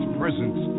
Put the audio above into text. presence